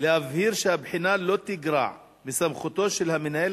להבהיר שהבחינה לא תגרע מסמכותו של המנהל